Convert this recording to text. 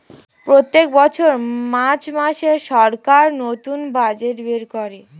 প্রত্যেক বছর মার্চ মাসে সরকার নতুন বাজেট বের করে